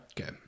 Okay